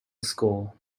school